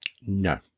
No